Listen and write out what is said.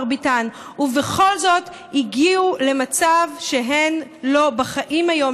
ובכל זאת הגיעו למצב שהן לא בחיים היום,